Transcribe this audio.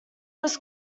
was